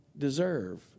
deserve